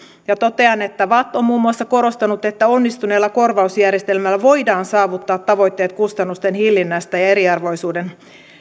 totean että vatt on muun muassa korostanut että onnistuneella korvausjärjestelmällä voidaan saavuttaa tavoitteet kustannusten hillinnästä ja eriarvoisuuden